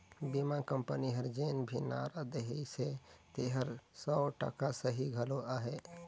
बीमा कंपनी हर जेन भी नारा देहिसे तेहर सौ टका सही घलो अहे